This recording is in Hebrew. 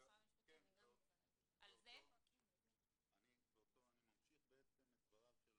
אני ממשיך את דבריו של